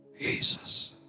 Jesus